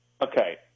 Okay